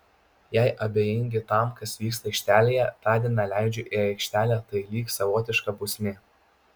jei abejingi tam kas vyksta aikštelėje tądien neleidžiu į aikštelę tai lyg savotiška bausmė